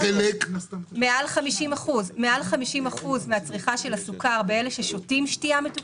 מעל 50% מהצריכה של הסוכר בקרב אלה ששותים שתייה מתוקה.